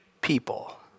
people